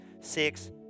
Six